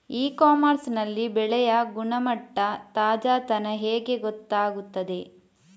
E commerce ನಲ್ಲಿ ಬೆಳೆಯ ಗುಣಮಟ್ಟ, ತಾಜಾತನ ಹೇಗೆ ಗೊತ್ತಾಗುತ್ತದೆ?